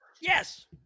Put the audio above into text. Yes